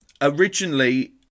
Originally